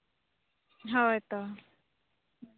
ᱦᱳᱭ ᱛᱚ